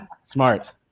smart